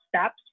steps